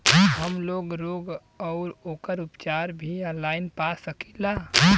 हमलोग रोग अउर ओकर उपचार भी ऑनलाइन पा सकीला?